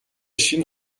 шинэ